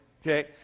Okay